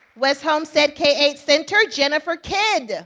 west homestead k eight center, jennifer kidd.